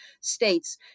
states